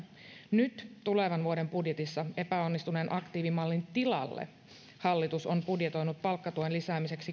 nyt tulevan vuoden budjetissa epäonnistuneen aktiivimallin tilalle hallitus on budjetoinut palkkatuen lisäämiseksi